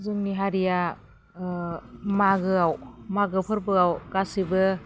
जोंनि हारिया मागोआव मागो फोरबोआव गासिबो